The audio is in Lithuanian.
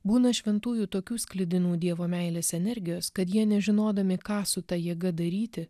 būna šventųjų tokių sklidinų dievo meilės energijos kad jie nežinodami ką su ta jėga daryti